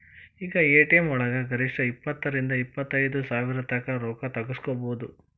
ಈಗ ಎ.ಟಿ.ಎಂ ವಳಗ ಗರಿಷ್ಠ ಇಪ್ಪತ್ತರಿಂದಾ ಇಪ್ಪತೈದ್ ಸಾವ್ರತಂಕಾ ರೊಕ್ಕಾ ತಗ್ಸ್ಕೊಬೊದು